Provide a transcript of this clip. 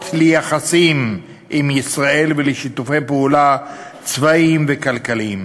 ליחסים עם ישראל ולשיתופי פעולה צבאיים וכלכליים.